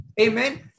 Amen